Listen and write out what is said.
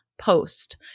post